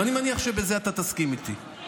ואני מניח שבזה אתה תסכים איתי.